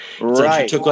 Right